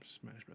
Smash